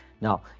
Now